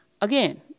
Again